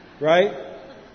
Right